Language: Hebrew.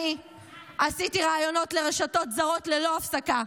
אני עשיתי ראיונות לרשתות זרות ללא הפסקה,